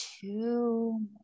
two